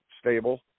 stable